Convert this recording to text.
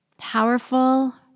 powerful